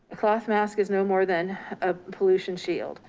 cloth mask is no more than a pollution shield.